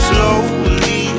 Slowly